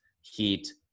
Heat